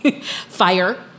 fire